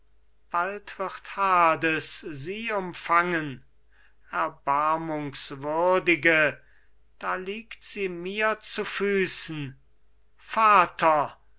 bald wird hades sie umfangen erbarmungswürdige da liegt sie mir zu füßen vater